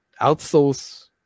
outsource